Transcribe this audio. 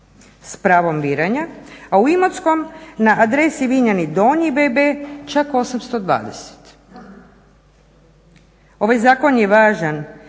s pravom biranja, a u Imotskom na adresi Vinjani donji bb čak 820.